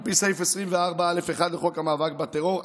על פי סעיף 24(א)(1) לחוק המאבק בטרור,